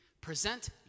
present